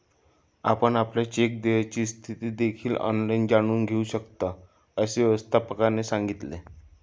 आपण आपल्या चेक देयची स्थिती देखील ऑनलाइन जाणून घेऊ शकता, असे व्यवस्थापकाने सांगितले